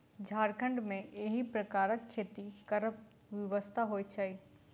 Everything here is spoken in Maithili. झारखण्ड मे एहि प्रकारक खेती करब विवशता होइत छै